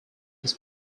this